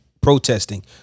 protesting